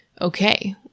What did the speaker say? Okay